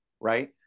right